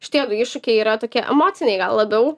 šitie iššūkiai yra tokie emociniai gal labiau